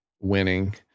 Winning